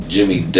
Jimmy